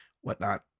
whatnot